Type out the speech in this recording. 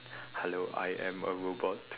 hello I am a robot